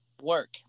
work